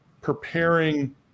preparing